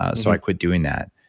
ah so i quit doing that.